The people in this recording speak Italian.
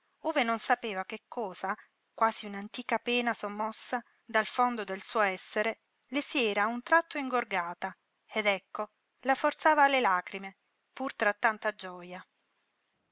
ove non sapeva che cosa quasi un'antica pena sommossa dal fondo del suo essere le si era a un tratto ingorgata ed ecco la forzava alle lagrime pur fra tanta gioja